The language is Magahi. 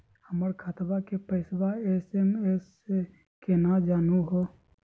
हमर खतवा के पैसवा एस.एम.एस स केना जानहु हो?